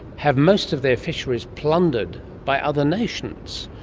have most of their fisheries plundered by other nations.